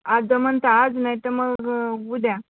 आज जमेन तर आज नाही तर मग उद्या